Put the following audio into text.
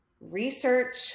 research